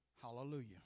Hallelujah